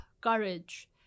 courage